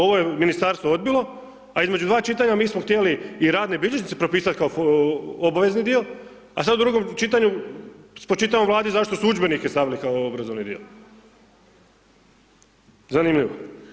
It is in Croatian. Ovo je ministarstvo odbilo, a između dva čitanja mi smo htjeli i radne bilježnice propisati kao obavezni dio a sad u drugom čitanju spočitavamo Vladi zašto su udžbenike stavili kao obrazovni dio, zanimljivo.